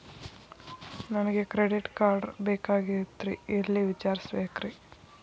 ನನಗೆ credit card ಬೇಕಾಗಿತ್ರಿ ಎಲ್ಲಿ ವಿಚಾರಿಸಬೇಕ್ರಿ?